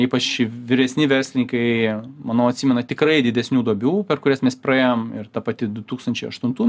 ypač vyresni verslininkai manau atsimena tikrai didesnių duobių per kurias mes praėjom ir ta pati du tūkstančiai aštuntų